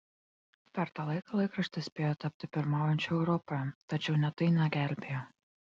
per tą laiką laikraštis spėjo tapti pirmaujančiu europoje tačiau net tai negelbėjo